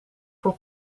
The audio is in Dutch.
voor